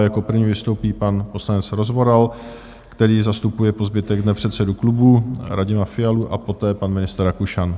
Jako první vystoupí pan poslanec Rozvoral, který zastupuje po zbytek dne předsedu klubu Radima Fialu, a poté pan ministr Rakušan.